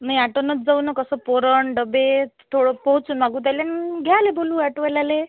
नाही ॲटोनेच जाऊ नं कसं पोरं आणि डब्यात थोडं पोच मागू त्याला घ्यायला बोलावू ॲटोवाल्याला